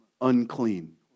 unclean